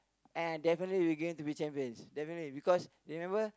and definitely we are going to be champions definitely because remember